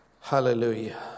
Hallelujah